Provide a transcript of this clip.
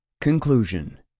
Conclusion